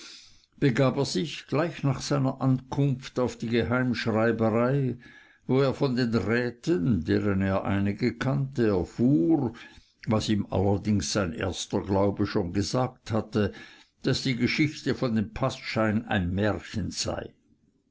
begab er sich gleich nach seiner ankunft auf die geheimschreiberei wo er von den räten deren er einige kannte erfuhr was ihm allerdings sein erster glaube schon gesagt hatte daß die geschichte von dem paßschein ein märchen sei